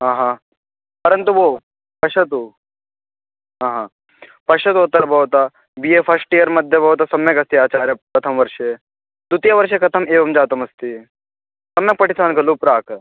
आ ह परन्तु भोः पश्यतु आ हा पश्यतु अत्र भवता बि ए फ़स्ट् इयर् मध्ये भवतः सम्यक् अस्ति आचार्यः प्रथमवर्षे द्वितीयवर्षे कथम् एवं जातमस्ति सम्यक् पठितवान् खलु प्राक्